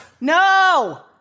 No